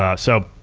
ah so,